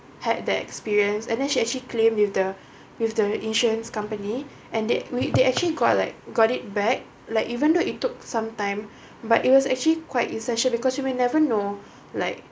had that experience and then she actually claim with the with the insurance company and that we they actually got like got it back like even though it took some time but it was actually quite essential because you may never know like